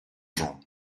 jean